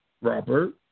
Robert